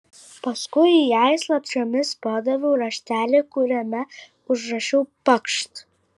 paskui jai slapčiomis padaviau raštelį kuriame užrašiau pakšt